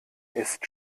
ist